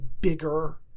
bigger